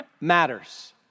matters